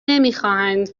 نمیخواهند